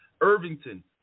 Irvington